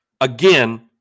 again